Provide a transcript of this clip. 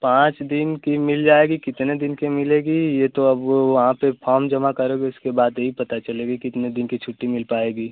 पाँच दिन की मिल जाएगी कितने दिन की मिलेगी यह तो अब वहाँ पर फॉम जमा करोगे उसके बाद ही पता चलेगा कितने दिन की छुट्टी मिल पाएगी